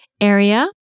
area